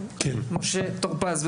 משה טור פז,